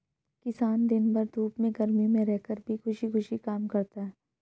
किसान दिन भर धूप में गर्मी में रहकर भी खुशी खुशी काम करता है